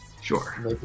Sure